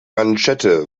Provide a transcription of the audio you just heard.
manschette